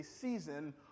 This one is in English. season